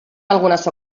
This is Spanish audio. algunas